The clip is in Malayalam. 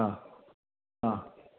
ആ ആ ആ